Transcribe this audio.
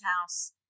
house